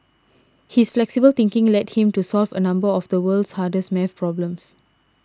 his flexible thinking led him to solve a number of the world's hardest math problems